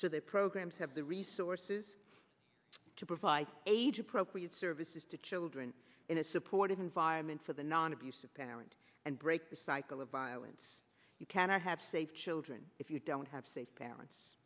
so their programs have the resources to provide age appropriate services to children in a supportive environment for the non abusive parent and break the cycle of violence you cannot have safe children if you don't have safe parents